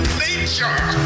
nature